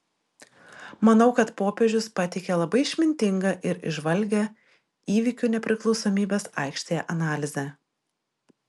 manau kad popiežius pateikė labai išmintingą ir įžvalgią įvykių nepriklausomybės aikštėje analizę